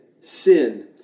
sin